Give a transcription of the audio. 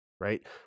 Right